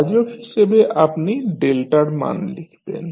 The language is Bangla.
ভাজক হিসাবে আপনি ডেল্টার মান লিখবেন